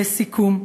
לסיכום,